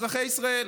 אזרחי ישראל.